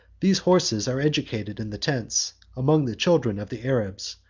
these horses are educated in the tents, among the children of the arabs,